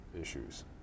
issues